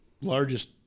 largest